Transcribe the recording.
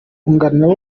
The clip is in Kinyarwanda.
myugariro